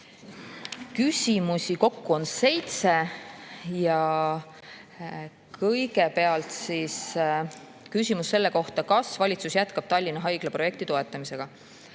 Küsimusi on kokku seitse. Kõigepealt on küsimus selle kohta, kas valitsus jätkab Tallinna Haigla projekti toetamist.